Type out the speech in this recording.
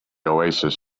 oasis